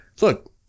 look